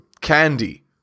candy